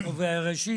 ראשית,